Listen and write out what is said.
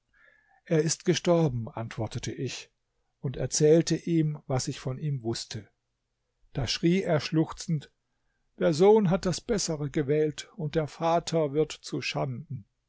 er ist gestorben antwortete ich und erzählte ihm was ich von ihm wußte da schrie er schluchzend der sohn hat das bessere gewählt und der vater wird zuschanden